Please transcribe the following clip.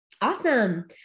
Awesome